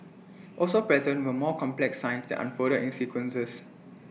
also present were more complex signs that unfolded in sequences